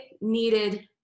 needed